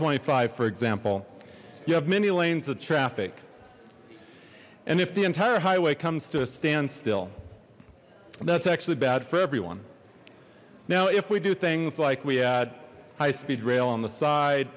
twenty five for example you have many lanes of traffic and if the entire highway comes to a standstill that's actually bad for everyone now if we do things like we add high speed rail on the side